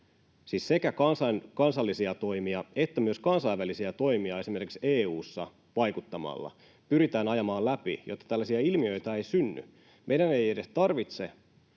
sekä kansallisia toimia että myös kansainvälisiä toimia esimerkiksi EU:ssa vaikuttamalla pyritään ajamaan läpi, jotta tällaisia ilmiöitä ei synny. Meidän ei edes tarvitse